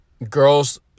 Girls